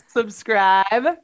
subscribe